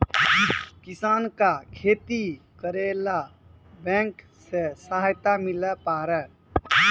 किसान का खेती करेला बैंक से सहायता मिला पारा?